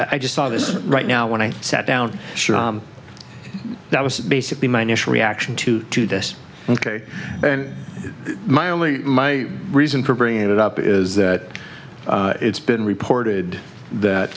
i just saw this is right now when i sat down that was basically my national reaction to do this ok and my only my reason for bringing it up is that it's been reported that